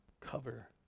cover